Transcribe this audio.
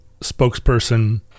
spokesperson